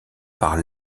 par